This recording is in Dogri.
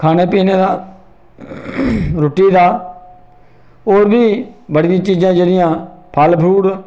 खाने पीने दा रुट्टी दा होर बी बड़ियां चीज़ां जेह्ड़ियां फल फ्रूट